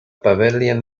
pavilion